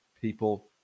people